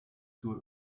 zur